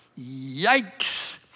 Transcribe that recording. Yikes